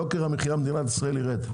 יוקר המחיה במדינת ישראל יירד.